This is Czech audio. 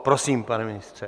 Prosím, pane ministře.